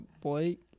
Blake